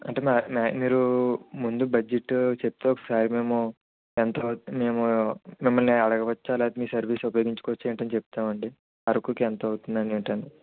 అంటే మా మా మీరు ముందు బడ్జెట్ చెప్తే ఒకసారి మేము ఎంత అవుతుంది మేము మిమ్మల్ని అడగవచ్చా లేకపోతే మీ సర్వీస్ ఉపయోగించుకోవచ్చా ఏంటి అని చెప్తామండి అరకుకి ఎంత అవుతుంది ఏంటని